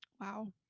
wow